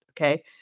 Okay